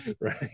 right